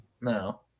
No